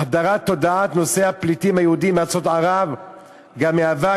החדרת תודעת נושא הפליטים היהודיים מארצות ערב גם מהווה